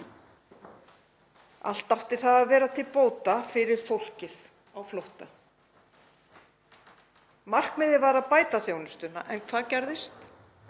Allt átti það að vera til bóta fyrir fólk á flótta. Markmiðið var að bæta þjónustuna. En hvað gerðist?